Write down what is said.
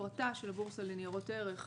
הפרטה של הבורסה לניירות ערך.